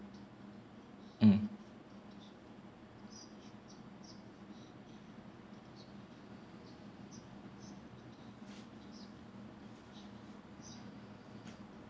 mm